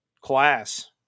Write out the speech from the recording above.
class